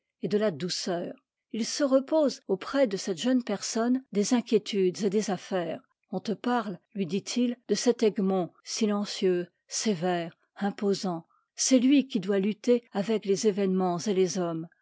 et de la douceur il se repose auprès de cette jeune personne des inquiétudes et des affaires on te parle lui dit-il de cet egmont silencieux sévère imposant c'est lui qui doit lutter avec les événements et les hommes